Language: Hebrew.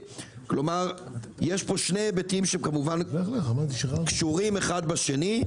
יש פה שני היבטים שהם כמובן קשורים אחד בשני,